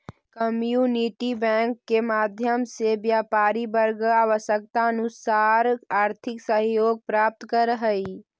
community bank के माध्यम से व्यापारी वर्ग आवश्यकतानुसार आर्थिक सहयोग प्राप्त करऽ हइ